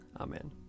Amen